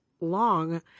long